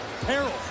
peril